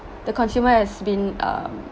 the consumer has been um